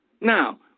Now